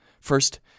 First